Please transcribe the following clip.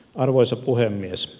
arvoisa puhemies